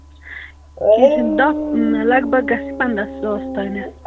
کیٚنٛہہ چھُنہٕ دَپ لگ بگ گژھِ پَنٛداہ ساس تانٮ۪تھ